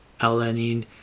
alanine